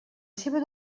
seva